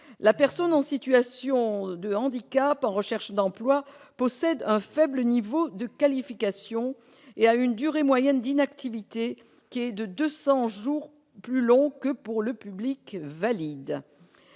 la personne en situation de handicap en recherche d'emploi possède un faible niveau de qualification et que sa durée moyenne d'inactivité est supérieure de 200 jours à celle du public valide.